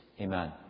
Amen